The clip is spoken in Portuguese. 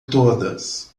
todas